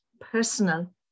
personal